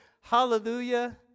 Hallelujah